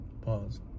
Pause